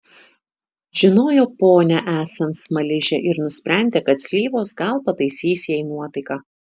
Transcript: žinojo ponią esant smaližę ir nusprendė kad slyvos gal pataisys jai nuotaiką